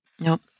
Nope